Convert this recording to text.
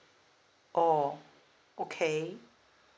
oh okay